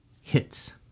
hits